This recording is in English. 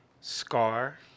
Scar